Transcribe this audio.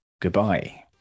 goodbye